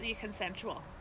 consensual